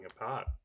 apart